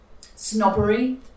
snobbery